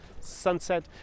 sunset